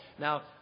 Now